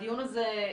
הדיון הזה,